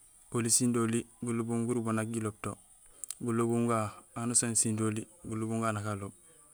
Oli sindoli gulobum gurubo nak jiloob to; gulobum ga, anusaan sundoli, gulobum ga nak aloob.